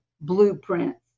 blueprints